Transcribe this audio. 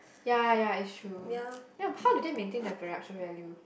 ya ya it's true ya but how do they maintain their production value